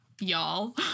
y'all